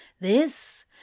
This